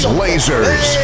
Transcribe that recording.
lasers